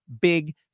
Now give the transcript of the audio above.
big